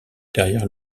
derrière